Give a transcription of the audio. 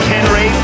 Henry